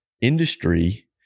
industry